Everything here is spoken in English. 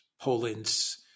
Poland's